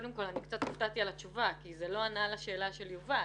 קצת הופתעתי מהתשובה כי זה לא ענה לשאלה של יובל.